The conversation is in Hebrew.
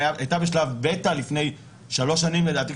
והייתה בשלב ביתא לפני שלוש שנים לדעתי,